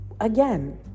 again